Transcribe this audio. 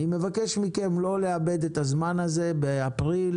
אני מבקש מכם לא לאבד את הזמן הזה באפריל,